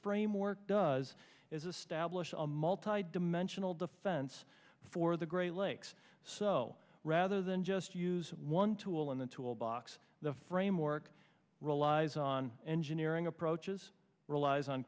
framework does is established a multi dimensional defense for the great lakes so rather than just use one tool in the tool box the framework relies on engineering approaches relies on